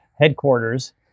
headquarters